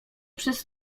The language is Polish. przez